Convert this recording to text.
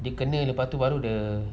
they kena lepas baru the